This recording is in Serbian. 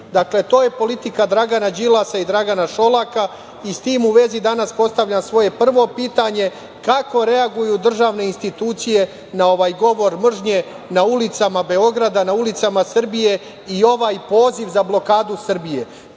Dakle, to je politika Dragana Đilasa i Dragana Šolaka i s tim u vezi danas postavljam svoje prvo pitanje. Kako reaguju državne institucije na ovaj govor mržnje na ulicama Beograda, na ulicama Srbije i ovaj poziv za blokadu Srbije?